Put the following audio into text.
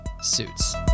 suits